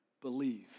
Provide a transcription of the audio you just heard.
Believe